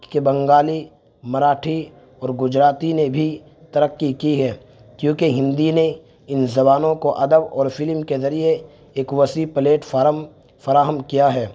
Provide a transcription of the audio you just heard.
کہ بنگالی مراٹھی اور گجراتی نے بھی ترقی کی ہے کیوںکہ ہندی نے ان زبانوں کو ادب اور فلم کے ذریعے ایک وسیع پلیٹفارم فراہم کیا ہے